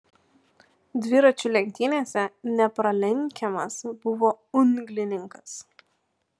dviračių lenktynėse nepralenkiamas buvo unglininkas